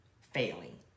failing